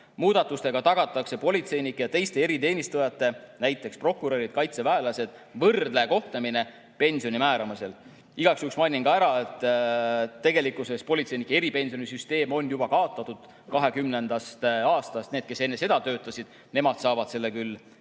Muudatustega tagatakse politseinike ja teiste eriteenistujate, näiteks prokurörid, kaitseväelased, võrdne kohtlemine pensioni määramisel. Igaks juhuks mainin ära, et politseinike eripensionisüsteem on kaotatud juba 2020. aastast. Need, kes enne töötasid, saavad selle küll oma